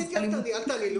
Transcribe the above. אז הלימודים --- אל תעני,